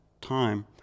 time